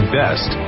best